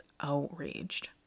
outraged